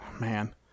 Man